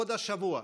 עוד השבוע,